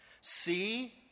See